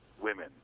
women